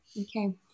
okay